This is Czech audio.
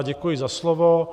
Děkuji za slovo.